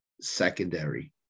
secondary